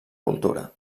cultura